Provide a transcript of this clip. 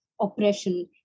oppression